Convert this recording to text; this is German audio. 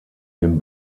den